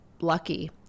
lucky